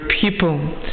people